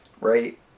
right